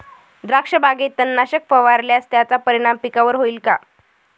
द्राक्षबागेत तणनाशक फवारल्यास त्याचा परिणाम पिकावर होईल का?